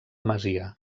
masia